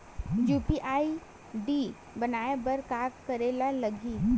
UPI ID बनाये बर का करे ल लगही?